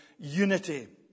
unity